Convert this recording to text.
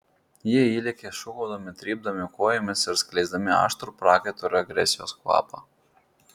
jie įlekia šūkaudami trypdami kojomis ir skleisdami aštrų prakaito ir agresijos kvapą